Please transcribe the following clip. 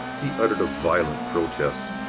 he uttered a violent protest.